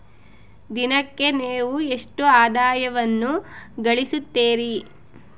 ದಿನಕ್ಕೆ ನೇವು ಎಷ್ಟು ಆದಾಯವನ್ನು ಗಳಿಸುತ್ತೇರಿ?